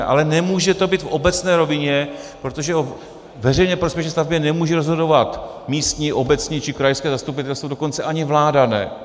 Ale nemůže to být v obecné rovině, protože o veřejně prospěšné stavbě nemůže rozhodovat místní, obecní či krajské zastupitelstvo, dokonce ani vláda ne.